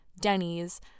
Denny's